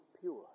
pure